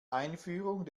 einführung